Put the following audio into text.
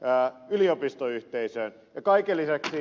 ja kaiken lisäksi ed